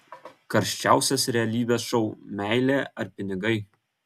karščiausias realybės šou meilė ar pinigai